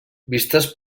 visites